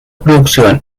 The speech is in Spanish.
producción